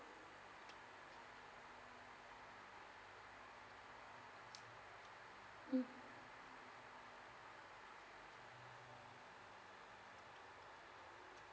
mm